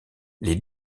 les